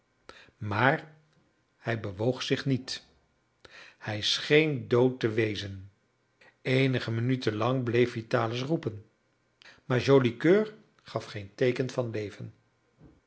maar hij bewoog zich niet hij scheen dood te wezen eenige minuten lang bleef vitalis roepen maar joli coeur gaf geen teeken van leven